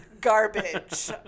garbage